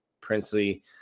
Princely